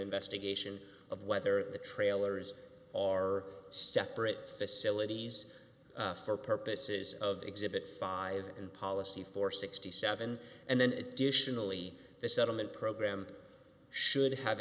investigation of whether the trailers are separate facilities for purposes of exhibit five and policy for sixty seven and then additionally the settlement program should have